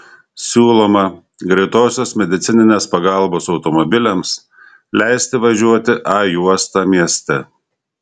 siūloma greitosios medicininės pagalbos automobiliams leisti važiuoti a juosta mieste